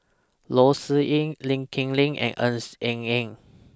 Loh Sin Yun Lee Kip Lee and Ng Eng Hen